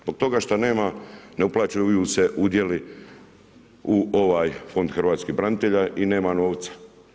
Zbog toga što nema ne uplaćuju se udjeli u ovaj fond hrvatskih branitelja i nema novca.